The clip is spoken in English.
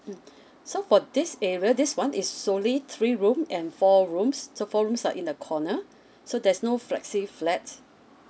mm so for this area this one is solely three room and four rooms so four rooms are in the corner so there's no flexi flats